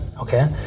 okay